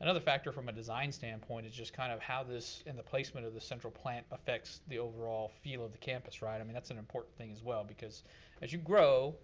another factor from a design standpoint is just kind of how this, in the placement of the central plant affects the overall feel of the campus, right? i mean that's an important thing as well, because as you grow,